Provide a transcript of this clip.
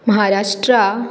Maharashtra